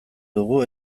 dugu